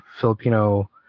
Filipino